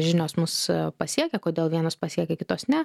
žinios mus pasiekia kodėl vienos pasiekia kitos ne